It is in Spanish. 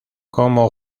como